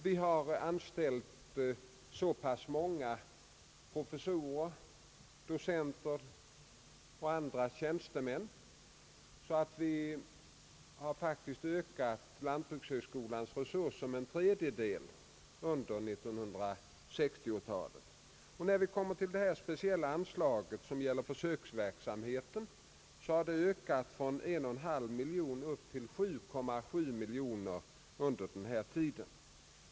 Vi har anställt så många professorer, docenter och andra tjänstemän, att vi faktiskt ökat lantbrukshögskolans personalresurser med en tredjedel under 1960-talet. Det speciella anslag som gäller försöksverksamheten har ökat från 1,5 miljon till 7,7 miljoner under denna tid.